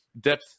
depth